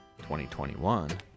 2021